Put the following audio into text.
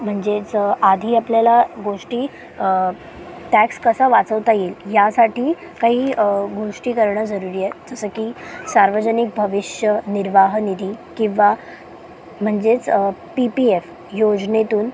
म्हणजेच आधी आपल्याला गोष्टी टॅक्स कसा वाचवता येईल ह्यासाठी काही गोष्टी करणं जरुरी आहे जसं की सार्वजनिक भविष्य निर्वाह निधी किंवा म्हणजेच पी पी एफ योजनेतून